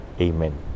Amen